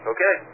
Okay